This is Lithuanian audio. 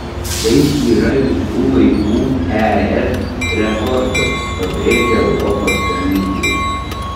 tai yra visų laikų es rekordas pabrėžia europos komisija